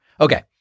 Okay